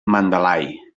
mandalay